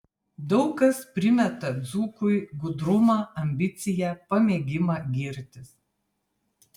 daug kas primeta dzūkui gudrumą ambiciją pamėgimą girtis